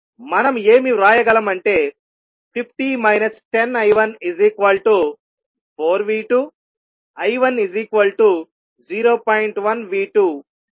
మనం ఏమి వ్రాయగలం అంటే 50 10I14V2 I10